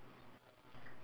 okay what colour is it